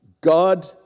God